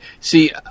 see